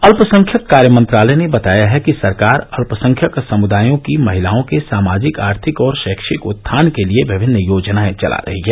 अत्यसंख्यक कार्य मंत्रालय ने बताया है कि सरकार अत्यसंख्यक समुदायों की महिलाओं के सामाजिक आर्थिक और शैक्षिक उत्थान के लिए विमिन्न योजनायें चला रही है